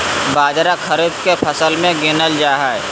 बाजरा खरीफ के फसल मे गीनल जा हइ